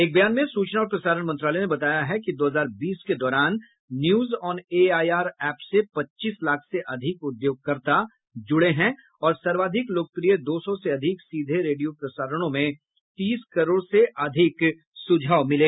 एक बयान में सूचना और प्रसारण मंत्रालय ने बताया है कि दो हजार बीस के दौरान न्यूज ऑन एआईआर ऐप से पच्चीस लाख से अधिक उद्योगकर्ता जुड़े और सर्वाधिक लोकप्रिय दो सौ से अधिक सीधे रेडियो प्रसारणों में तीस करोड़ से अधिक सुझाव मिले